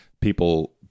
people